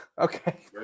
Okay